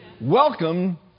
Welcome